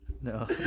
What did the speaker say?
No